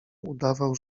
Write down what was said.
udawał